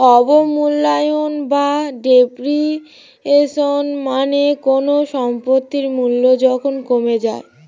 অবমূল্যায়ন বা ডেপ্রিসিয়েশন মানে কোনো সম্পত্তির মূল্য যখন কমে যায়